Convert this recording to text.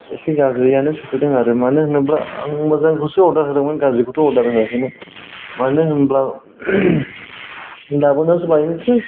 इसे गाज्रियानो सौफैदों आरो मानो होनोब्ला आं मोजांखौसो अरदार होदोंमोन गाज्रिखौथ' अरदार होआखै मानो होनब्ला लाबोनायावसो बायहोखो